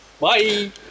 Bye